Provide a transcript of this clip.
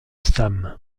sam